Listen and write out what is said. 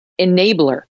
Enabler